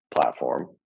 platform